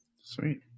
Sweet